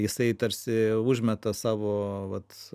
jisai tarsi užmeta savo vat